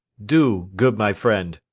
do, good my friend.